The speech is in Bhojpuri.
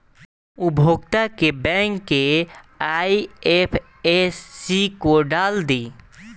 उपभोगता के बैंक के आइ.एफ.एस.सी कोड डाल दी